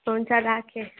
हुन्छ राखेँ